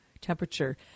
temperature